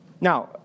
Now